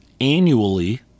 annually